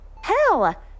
Hell